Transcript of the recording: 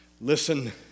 Listen